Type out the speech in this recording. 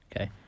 Okay